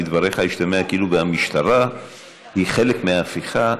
מדבריך השתמע כאילו גם המשטרה היא חלק מההפיכה.